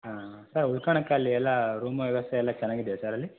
ಹಾಂ ಹಾಂ ಸರ್ ಉಳ್ಕೊಳಕ್ಕೆ ಅಲ್ಲಿ ಎಲ್ಲ ರೂಮ್ ವ್ಯವಸ್ಥೆ ಎಲ್ಲ ಚೆನ್ನಾಗಿದೆಯ ಸರ್ ಅಲ್ಲಿ